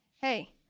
Hey